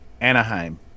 Anaheim